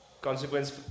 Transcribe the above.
Consequence